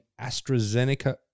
astrazeneca